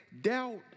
Doubt